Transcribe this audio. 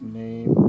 name